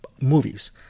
movies